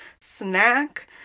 snack